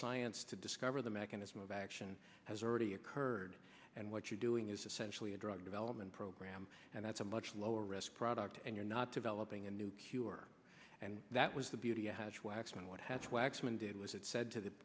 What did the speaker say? science to discover the mechanism of action has already occurred and what you're doing is essentially a drug development program and that's a much lower risk product and you're not developing a new cure and that was the beauty of x men what has waxman did was it said to the